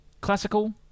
classical